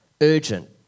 urgent